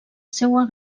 seua